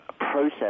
process